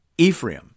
Ephraim